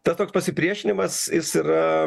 tas toks pasipriešinimas jis yra